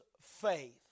faith